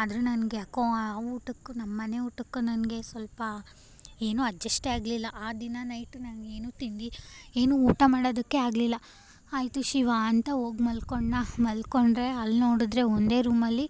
ಆದರೆ ನನ್ಗೆ ಯಾಕೋ ಆ ಊಟಕ್ಕೂ ನಮ್ಮ ಮನೆ ಊಟಕ್ಕೂ ನನಗೆ ಸ್ವಲ್ಪ ಏನೂ ಅಡ್ಜಸ್ಟೇ ಆಗಲಿಲ್ಲ ಆ ದಿನ ನೈಟು ನಾನು ಏನು ತಿಂದು ಏನು ಊಟ ಮಾಡೋದಕ್ಕೇ ಆಗಲಿಲ್ಲ ಆಯಿತು ಶಿವಾ ಅಂತ ಹೋಗಿ ಮಲ್ಕೊಂಡ್ನಾ ಮಲ್ಕೊಂಡರೆ ಅಲ್ಲಿ ನೋಡಿದ್ರೆ ಒಂದೇ ರೂಮಲ್ಲಿ